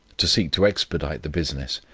to seek to expedite the business.